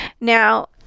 Now